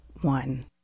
one